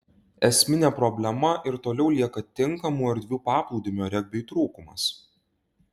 esminė problema ir toliau lieka tinkamų erdvių paplūdimio regbiui trūkumas